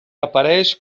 apareix